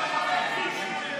לא להאמין.